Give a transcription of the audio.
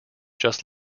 just